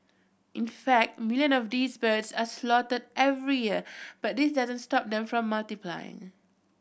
in fact million of these birds are slaughtered every year but this doesn't stop them from multiplying